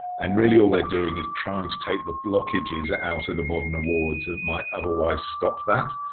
and really, all they're doing is trying to take the blockages ah out of the modern awards that might otherwise stop that.